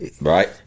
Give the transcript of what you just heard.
right